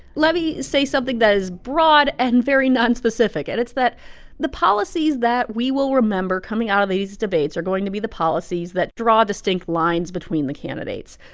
let me say something that is broad and very non-specific, and it's that the policies that we will remember coming out of these debates are going to be the policies that draw distinct lines between the candidates.